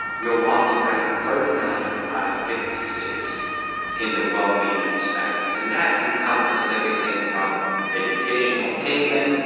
milwaukee ranked thirty ninth out of fifty cities in the wellbeing of hispanics, and that encompassed everything from educational attainment,